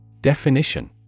Definition